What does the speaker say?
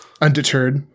Undeterred